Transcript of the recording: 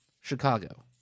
Chicago